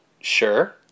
Sure